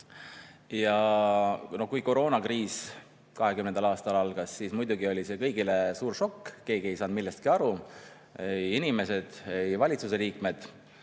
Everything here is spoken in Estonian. Kui koroonakriis 2020. aastal algas, siis muidugi oli see kõigile suur šokk, keegi ei saanud millestki aru – ei inimesed, ei valitsuse liikmed.